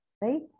Right